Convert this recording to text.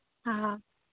ꯑꯥ